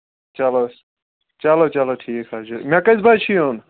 چلو چلو چلو ٹھیٖک حظ چھُ مےٚ کۭژ بَجہِ چھُ یُن